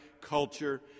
culture